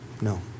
No